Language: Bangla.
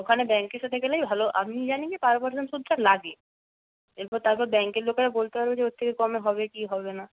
ওখানে ব্যাঙ্কের সাথে গেলেই ভালো আমি জানি যে বারো পারসেন্ট সুদটা লাগে এরপর তারপর ব্যাঙ্কের লোকেরা বলতে পারবে যে ওর থেকে কমে হবে কি হবে না